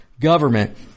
government